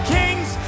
kings